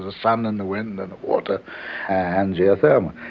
the sun and the wind and the water and geothermal